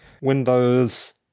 Windows